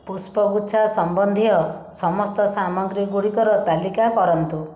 ପୁଷ୍ପଗୁଚ୍ଛା ସାମ୍ବନ୍ଧୀୟ ସମସ୍ତ ସାମଗ୍ରୀ ଗୁଡ଼ିକର ତାଲିକା କରନ୍ତୁ